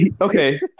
Okay